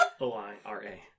O-I-R-A